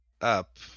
up